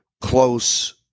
close